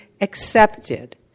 accepted